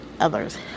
others